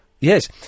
Yes